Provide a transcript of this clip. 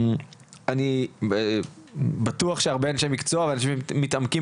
אני בטוח שהרבה אנשי מקצוע שמתעמקים